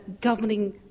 governing